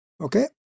okay